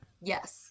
Yes